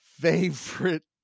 favorite